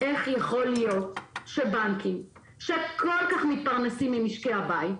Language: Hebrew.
איך יכול להיות שבנקים שכל כך מתפרנסים ממשקי הבית,